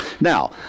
Now